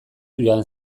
joan